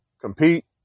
compete